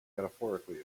metaphorically